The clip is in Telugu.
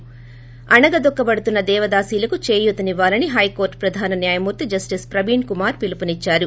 ి అణగదొక్క బడుతున్స దేవదాసీలకు చేయూత నివ్వాలని హైకోర్టు ప్రధాన న్యాయమూర్తి జస్టిస్ ప్రవీణ్కుమార్ పిలుపునిచ్చారు